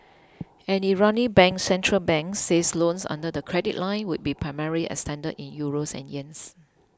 an Iranian bank centre bank said loans under the credit line would be primarily extended in Euros and Yuan